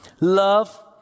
love